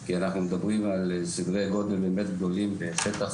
כי אנחנו מדברים על סדרי גודל באמת גדולים בשטח